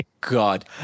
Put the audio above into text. god